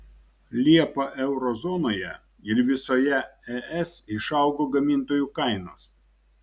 liepą euro zonoje ir visoje es išaugo gamintojų kainos